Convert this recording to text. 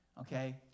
okay